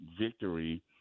victory